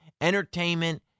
entertainment